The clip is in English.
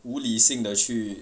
无力性的去